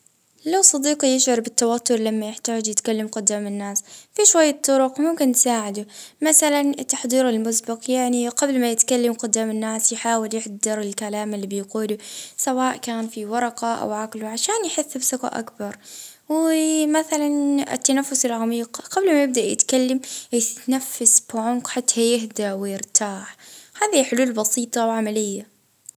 آآ أفضل طريقة هي لأن يكون عندها تحضير مسبق، يكتب نقاط رئيسية ويتمرن جدام المرايا و مع حد آآ يوثق فيه يبدأ بالتحدث جدام آآ مجموعات صغيرة باش يولي عنده ثقة أكبر وكل مرة يحاول يواجه التوتر بشجاعة.